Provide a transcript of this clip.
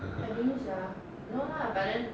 no lah then